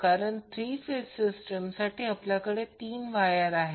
कारण three phase सिस्टीमसाठी आपल्याकडे 3 वायर आहेत